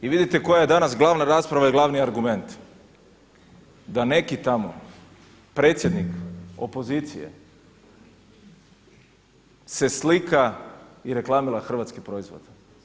I vidite koja je danas glavna rasprava i glavni argument, da neki tamo predsjednik opozicije se slika i reklamira hrvatski proizvod.